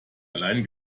allein